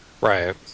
Right